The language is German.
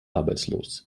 arbeitslos